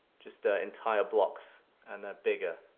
just ah entire blocks and they're bigger.